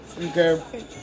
Okay